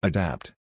Adapt